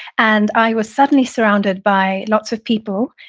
and i was suddenly surrounded by lots of people.